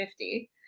50